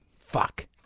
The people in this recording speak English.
Fuck